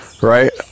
right